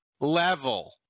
level